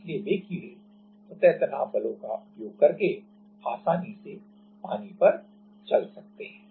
इसलिए वे कीड़े सतह तनाव बलों का उपयोग करके आसानी से पानी पर चल सकते हैं